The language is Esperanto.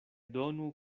donu